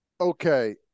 Okay